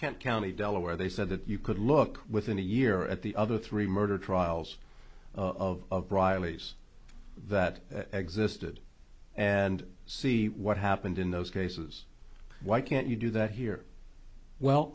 can't county delaware they said that you could look within a year at the other three murder trials of riley's that existed and see what happened in those cases why can't you do that here well